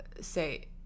say